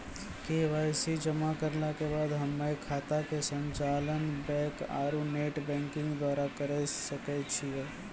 KYC जमा करला के बाद हम्मय खाता के संचालन बैक आरू नेटबैंकिंग द्वारा करे सकय छियै?